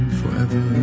forever